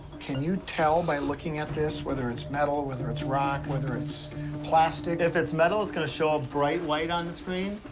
can you tell by looking at this whether it's metal, whether it's rock, whether it's plastic? if it's metal, it's gonna show up bright white on the screen.